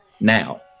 now